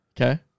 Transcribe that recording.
Okay